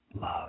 love